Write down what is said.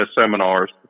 seminars